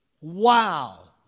Wow